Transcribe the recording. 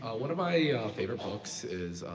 one of my favorite books is,